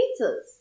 pizzas